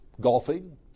golfing